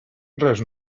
res